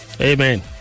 Amen